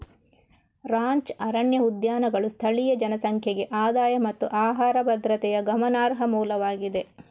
ranch ಅರಣ್ಯ ಉದ್ಯಾನಗಳು ಸ್ಥಳೀಯ ಜನಸಂಖ್ಯೆಗೆ ಆದಾಯ ಮತ್ತು ಆಹಾರ ಭದ್ರತೆಯ ಗಮನಾರ್ಹ ಮೂಲವಾಗಿದೆ